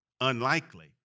unlikely